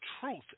truth